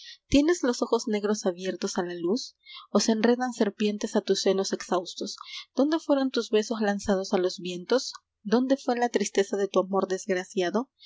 tienes los ojos negros abiertos a la luz o se enredan serpientes a tus senos exaustos dónde fueron tus besos lanzados a los vientos o d e p o e m a s dónde fué la tristeza de tu amor desgraciado